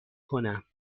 کنم